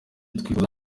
twifuza